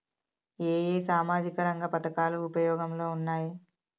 ఏ ఏ సామాజిక రంగ పథకాలు ఉపయోగంలో ఉన్నాయి?